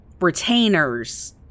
retainers